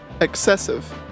Excessive